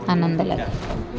ଆନନ୍ଦ ଲାଗେ